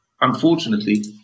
unfortunately